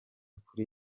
kuri